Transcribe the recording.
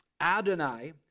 Adonai